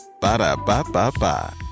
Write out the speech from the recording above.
Ba-da-ba-ba-ba